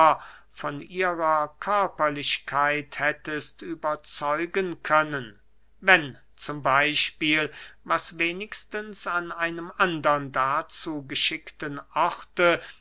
von ihrer körperlichkeit hättest überzeugen können wenn zum beyspiel was wenigstens an einem andern dazu geschickten orte